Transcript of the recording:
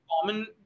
common